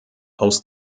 aus